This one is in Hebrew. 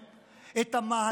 את המהלך הזה